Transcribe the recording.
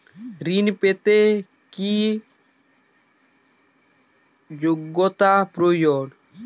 ঋণ পেতে কি যোগ্যতা প্রয়োজন?